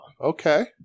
Okay